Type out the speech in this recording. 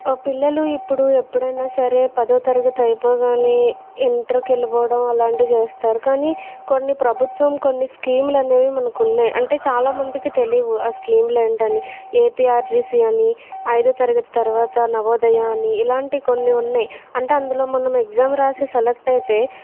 పిల్లలూ ఇప్పుడు ఎప్పుడైనా సరే పదో తరగతి అయిపోగానే ఇంటర్ కి వెళ్ళిపోవడం అలాంటి చేస్తారు కానీ కొన్ని ప్రభుత్వం కొన్ని స్కీము లనేవి మనకున్నయి అంటే చాలా మందికి తెలీవు ఆ స్కీంలు ఏంటి అని ఏపీఆర్జేసీ అని ఐదో తరగతి తర్వాత నవోదయ అని ఇలాంటి కొన్ని ఉన్నాయి అంటే అందులో మనం ఎగ్జామ్ రాసి సెలెక్ట్ అయితే